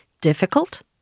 difficult